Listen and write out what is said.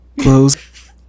Close